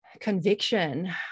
conviction